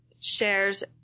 shares